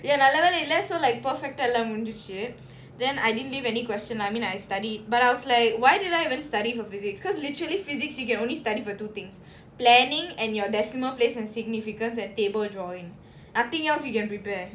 ya நல்ல வேல இல்ல:nalla vela illa so like perfect எல்லாம் முடிஞ்சிருச்சி:ellaam mudinjirichi then I didn't leave any question lah I mean I studied but I was like why did I even study for physics because literally physics you can only study for two things planning and your decimal place and significance and table drawing nothing else you can prepare